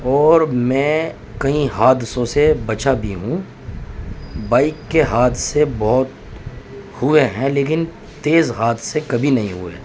اور میں کئی حادثوں سے بچا بھی ہوں بائک کے حادثے بہت ہوئے ہیں لیکن تیز حادثے کبھی نہیں ہوئے